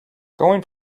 going